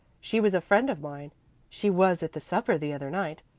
she was a friend of mine she was at the supper the other night.